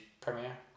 Premiere